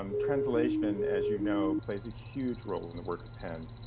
um translation as you know, plays a huge role in the work of pen.